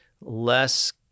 less